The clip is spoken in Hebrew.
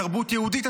תרבות יהודית,